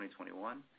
2021